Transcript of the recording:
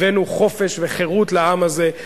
הבאנו חופש וחירות לעם הזה,